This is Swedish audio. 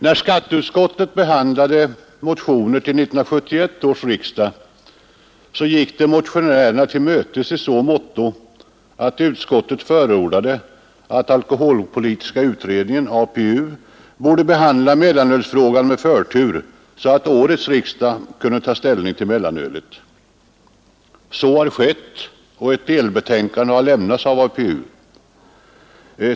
När skatteutskottet behandlade motioner till 1971 års riksdag gick det motionärerna till mötes i så måtto att utskottet förordade, att alkoholpolitiska utredningen, APU, borde behandla mellanölsfrågan med förtur, så att årets riksdag kunde ta ställning till mellanölet. Så har skett och ett delbetänkande har lämnats av APU.